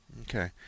Okay